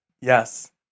Yes